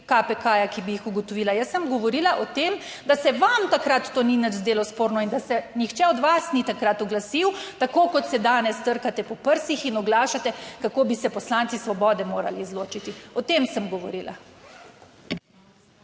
KPK-ja, ki bi jih ugotovila. Jaz sem govorila o tem, da se vam takrat to ni nič zdelo sporno in da se nihče od vas ni takrat oglasil, tako kot se danes trkate po prsih in oglašate, kako bi se poslanci Svobode morali izločiti. O tem sem govorila.